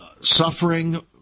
suffering